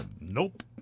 Nope